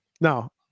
Now